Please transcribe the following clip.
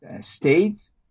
states